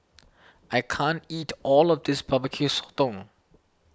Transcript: I can't eat all of this Barbecue Sotong